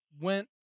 went